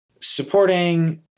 supporting